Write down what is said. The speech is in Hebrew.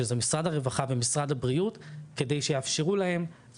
שזה משרד הרווחה ומשרד הבריאות וזאת על מנת